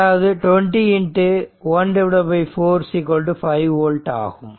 அதாவது 20 1 4 5 ஓல்ட் ஆகும்